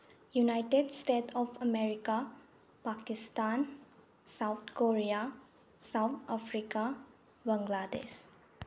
united state of America Pakistan South Korea South Africa Bangladesh